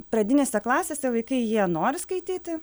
pradinėse klasėse vaikai jie nori skaityti